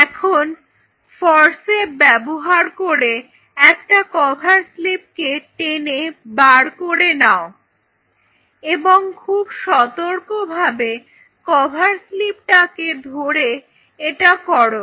এখন ফরসেপ ব্যবহার করে একটা কভার স্লিপকে টেনে বার করে নাও এবং খুব সতর্ক ভাবে কভার স্লিপ টিকে ধরে এটা করো